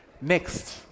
next